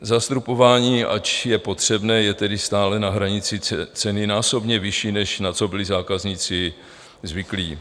Zastropování, ač je potřebné, je tedy stále na hranici ceny násobně vyšší, než na co byli zákazníci zvyklí.